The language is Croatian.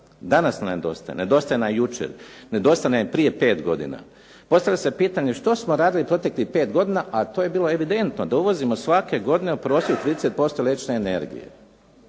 Danas nam nedostaje, nedostaje nam jučer, nedostaje nam prije 5 godina. Postavlja se pitanje što smo radili proteklih 5 godina, a to je bilo evidentno da uvozimo svake godine u prosjeku 30% električne energije.